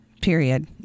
period